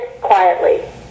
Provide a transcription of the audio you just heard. quietly